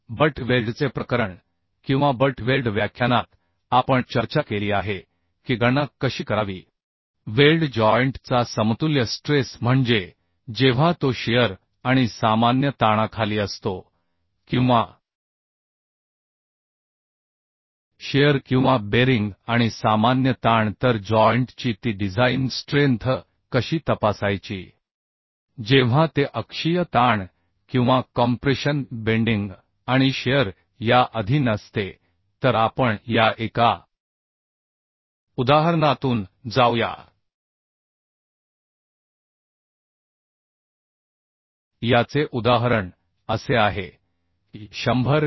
but वेल्डचे प्रकरण किंवा बट वेल्ड व्याख्यानात आपण चर्चा केली आहे की गणना कशी करावी वेल्ड जॉइंट चा समतुल्य स्ट्रेस म्हणजे जेव्हा तो शिअर आणि सामान्य ताणाखाली असतो किंवा शिअर किंवा बेरिंग आणि सामान्य ताण तर जॉइंट ची ती डिझाइन स्ट्रेंथ कशी तपासायची जेव्हा ते अक्षीय ताण किंवा कॉम्प्रेशन बेंडिंग आणि शिअर या अधीन असते तर आपण या एका उदाहरनातून जाऊया याचे उदाहरण असे आहे की 100 मि